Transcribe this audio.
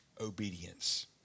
obedience